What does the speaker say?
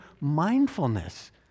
mindfulness